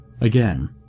Again